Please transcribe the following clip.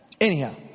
Anyhow